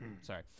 Sorry